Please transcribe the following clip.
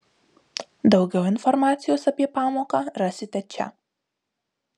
daugiau informacijos apie pamoką rasite čia